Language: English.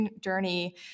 journey